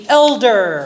elder